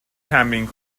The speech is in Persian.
تمرین